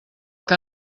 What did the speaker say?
que